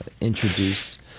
introduced